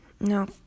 No